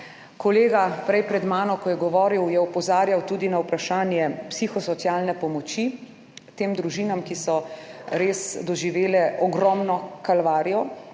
Kolega prej pred mano, ko je govoril, je opozarjal tudi na vprašanje psihosocialne pomoči tem družinam, ki so res doživele ogromno kalvarijo,